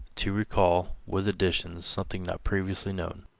to recall with additions something not previously known.